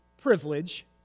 privilege